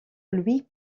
louis